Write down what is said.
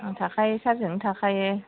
आं थाखायो सारजोंनो थाखायो